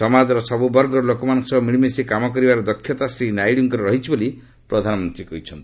ସମାଜର ସବୁ ବର୍ଗର ଲୋକମାନଙ୍କ ସହ ମିଳିମିଶି କାମ କରିବାର ଦକ୍ଷତା ଶ୍ରୀ ନାଇଡୁଙ୍କର ରହିଛି ବୋଲି ପ୍ରଧାନମନ୍ତ୍ରୀ କହିଚ୍ଛନ୍ତି